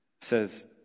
says